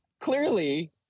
Clearly